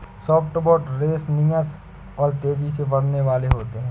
softwood resinous और तेजी से बढ़ने वाले होते हैं